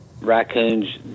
Raccoons